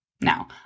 Now